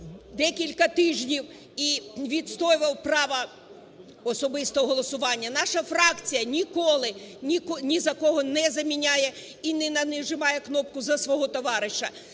декілька тижнів і відстоював право особистого голосування. Наша фракція ніколи нікого не заміняє і не натискає кнопку за свого товариша,